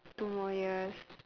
two more yes